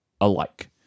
alike